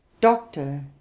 Doctor